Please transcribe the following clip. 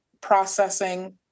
processing